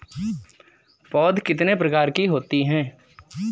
पौध कितने प्रकार की होती हैं?